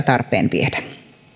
tarpeen viedä